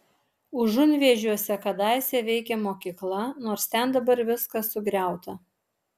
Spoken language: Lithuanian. užunvėžiuose kadaise veikė mokykla nors ten dabar viskas sugriauta